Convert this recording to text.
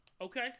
Okay